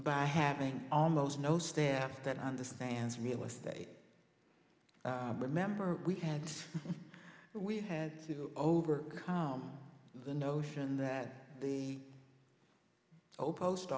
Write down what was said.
by having almost no staff that understands real estate remember we had we had to overcome the notion that the o